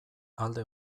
alde